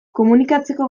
komunikatzeko